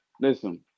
Listen